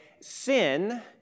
Sin